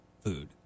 food